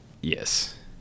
yes